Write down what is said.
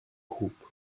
groupe